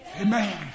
Amen